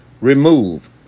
remove